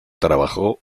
trabajó